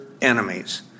enemies